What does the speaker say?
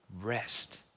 Rest